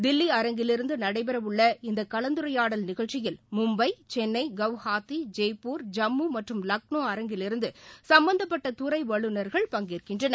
தில்லி அரங்கிலிருந்துநடைபெறவுள்ள இந்தகலந்துரையாடல் நிகழ்ச்சியில் மும்பை சென்னை ஜெய்ப்பூர் இந்திய மும்ம்ம் லக்னோ அரங்கிலிருந்துசம்பந்தப்பட்டதுறைவல்லுநர்கள் ஹவுகாத்தி பங்கேற்கின்றனர்